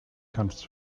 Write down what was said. kannst